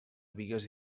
bigues